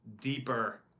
deeper